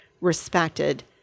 respected